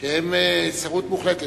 שהם שרות מוחלטת.